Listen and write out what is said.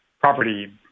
property